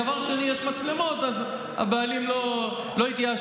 דבר שני, יש מצלמות, אז הבעלים לא התייאשו.